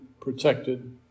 protected